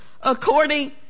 according